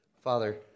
Father